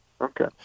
Okay